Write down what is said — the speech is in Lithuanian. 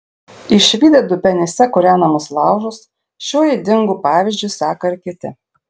išvydę dubenyse kūrenamus laužus šiuo ydingu pavyzdžiu seka ir kiti